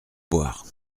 boire